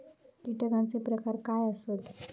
कीटकांचे प्रकार काय आसत?